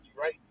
right